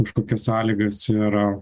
už kokias sąlygas yra